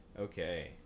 okay